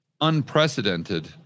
unprecedented